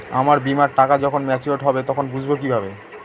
আমার বীমার টাকা যখন মেচিওড হবে তখন বুঝবো কিভাবে?